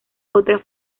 otras